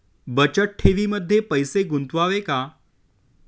बचत ठेवीमध्ये पैसे गुंतवावे का?